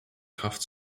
kraft